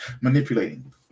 manipulating